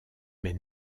mais